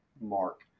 mark